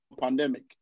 pandemic